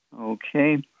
Okay